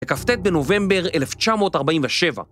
לכ"ט בנובמבר 1947